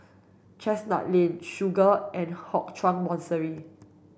Chestnut Lane Segar and Hock Chuan Monastery